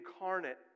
incarnate